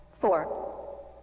four